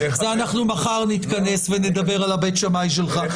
מחר נתכנס ונדבר על בית שמאי שלך.